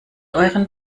euren